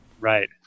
Right